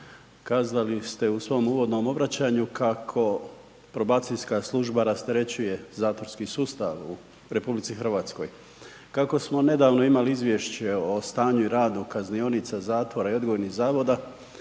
kazali ste u svom uvodnom obraćanju kako probacijska služba rasterećuje zatvorski sustav u RH. Kako smo nedavno imali izvješće o stanju i radu kaznionica, zatvora i odgojnih zavoda